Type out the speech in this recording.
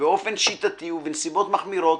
באופן שיטתי ובנסיבות מחמירות,